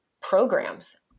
programs